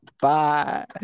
Bye